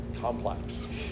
complex